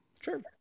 Sure